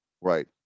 Right